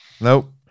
nope